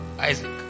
Isaac